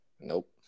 Nope